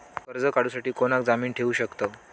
कर्ज काढूसाठी कोणाक जामीन ठेवू शकतव?